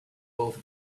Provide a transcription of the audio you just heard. both